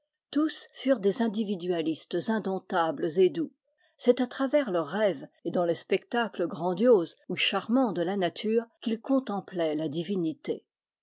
tous furent des individualistes indomptables et doux c'est à travers leurs rêves et dans les spectacles grandioses ou charmants de la nature qu'ils contemplaient la divinité